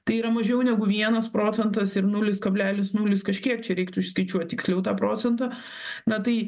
tai yra mažiau negu vienas procentas ir nulis kablelis nulis kažkiek čia reiktų išskaičiuot tiksliau tą procentą na tai